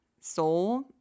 soul